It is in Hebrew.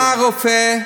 בא הרופא,